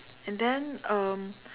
and then um